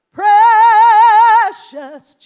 precious